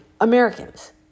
Americans